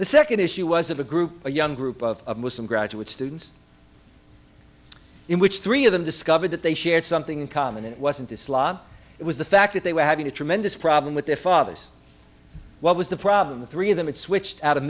the second issue was of a group a young group of muslim graduate students in which three of them discovered that they shared something in common and it wasn't islam it was the fact that they were having a tremendous problem with their fathers what was the problem the three of them it switched out of